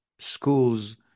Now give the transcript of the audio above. schools